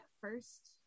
first